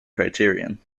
criterion